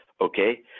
Okay